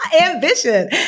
Ambition